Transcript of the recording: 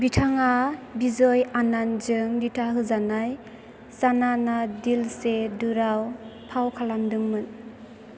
बिथाङा विजय आनन्दजों दिथा होजानाय जाना ना दिल से दुराव फाव खालामदोंमोन